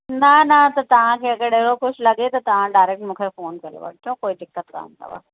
न न त तव्हांखे अगरि अहिड़ो कुझु लॻे त तव्हां डारेक्ट मूंखे फ़ोन करे वठिजो कोई दिक़त कान अथव